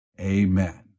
Amen